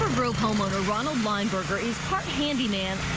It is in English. homeowner ronald is part handyman,